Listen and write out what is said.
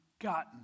gotten